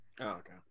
okay